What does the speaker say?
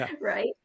right